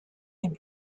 him